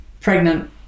pregnant